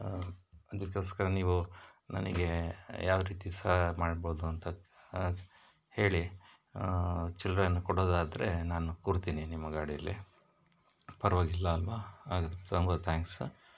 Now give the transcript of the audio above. ಅದಕ್ಕೋಸ್ಕರ ನೀವು ನನಗೆ ಯಾವ ರೀತಿ ಸಹಾಯ ಮಾಡ್ಬೋದು ಅಂತ ಹೇಳಿ ಚಿಲ್ರೆಯನ್ನು ಕೊಡೋದಾದ್ರೆ ನಾನು ಕೂರ್ತಿನಿ ನಿಮ್ಮ ಗಾಡಿಯಲ್ಲಿ ಪರವಾಗಿಲ್ಲ ಅಲ್ವ ಹಾಗದ್ ತುಂಬ ಥ್ಯಾಂಕ್ಸ್ ಸರ್